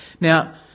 Now